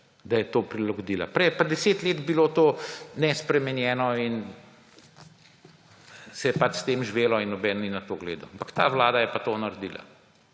da je to prilagodila. Prej je pa deset leti bilo to nespremenjeno in se je s tem živelo in nihče ni na to gledal. Ampak ta vlada je pa to naredila,